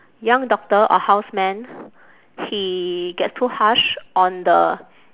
young doctor or houseman he gets too harsh on the